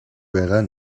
байгаа